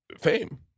fame